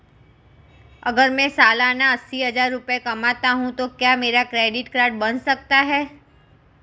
अगर मैं सालाना अस्सी हज़ार रुपये कमाता हूं तो क्या मेरा क्रेडिट कार्ड बन सकता है?